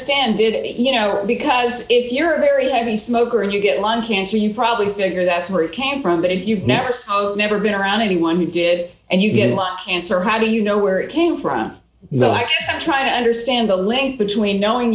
stand it you know because if you're a very heavy smoker and you get lung cancer you probably figure that's where it came from but if you've never never been around anyone who did it and you get cancer how do you know where it came from understand the link between knowing